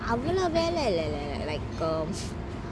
அவ்ளோ வெல்ல இல்ல:avlo vella illa like